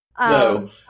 No